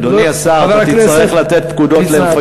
אדוני השר, תצטרך לתת פקודות למפקד המחוז.